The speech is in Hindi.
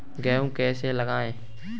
गेहूँ कैसे लगाएँ?